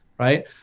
right